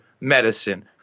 medicine